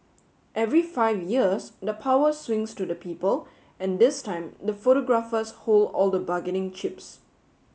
every five years the power swings to the people and this time the photographers hold all the bargaining chips